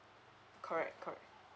correct correct